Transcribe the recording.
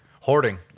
hoarding